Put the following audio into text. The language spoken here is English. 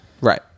Right